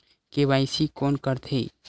KYC कोन करथे?